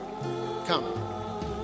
come